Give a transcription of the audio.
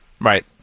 Right